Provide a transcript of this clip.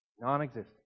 Non-existent